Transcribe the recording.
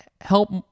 Help